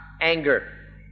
anger